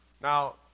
Now